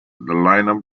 lineup